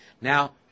Now